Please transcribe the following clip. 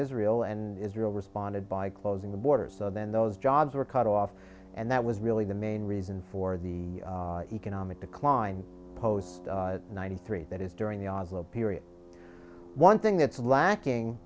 israel and israel responded by closing the borders and then those jobs were cut off and that was really the main reason for the economic decline post ninety three that is during the oslo period one thing that's lacking